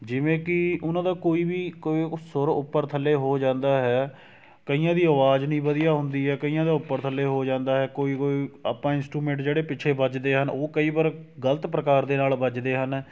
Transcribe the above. ਜਿਵੇਂ ਕਿ ਉਹਨਾਂ ਦਾ ਕੋਈ ਵੀ ਕੋਈ ਅ ਸੁਰ ਉੱਪਰ ਥੱਲੇ ਹੋ ਜਾਂਦਾ ਹੈ ਕਈਆਂ ਦੀ ਆਵਾਜ਼ ਨਹੀਂ ਵਧੀਆ ਹੁੰਦੀ ਹੈ ਕਈਆਂ ਦਾ ਉੱਪਰ ਥੱਲੇ ਹੋ ਜਾਂਦਾ ਹੈ ਕੋਈ ਕੋਈ ਆਪਾਂ ਇੰਸਟਰੂਮੈਂਟ ਜਿਹੜੇ ਪਿੱਛੇ ਵੱਜਦੇ ਹਨ ਉਹ ਕਈ ਵਾਰ ਗਲਤ ਪ੍ਰਕਾਰ ਦੇ ਨਾਲ ਵੱਜਦੇ ਹਨ